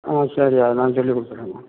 ஆ சரி அது நான் சொல்லிக் கொடுத்துறேங்க